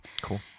Cool